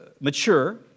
mature